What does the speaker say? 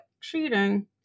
cheating